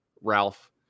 Ralph